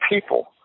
people